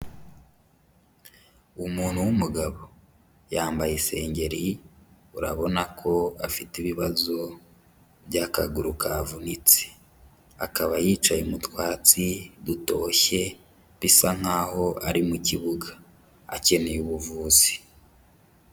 Umuntu w'umugabo yambaye isengeri urabona ko afite ibibazo by'akaguru kavunitse, akaba yicaye mu twatsi dutoshye bisa nkaho ari mukibuga, akeneye ubuvuzi.